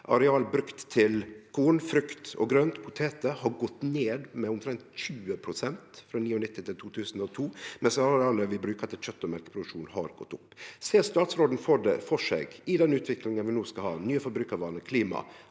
Areal brukt til korn, frukt, grønt og poteter har gått ned med omtrent 20 pst. frå 1999 til 2002, mens areala vi brukar til kjøt og mjølkeproduksjon, har gått opp. Ser statsråden føre seg, i den utviklinga vi no skal ha, med nye forbrukarvanar